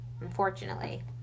Unfortunately